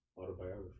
autobiography